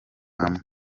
hamwe